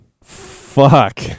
Fuck